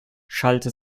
schallte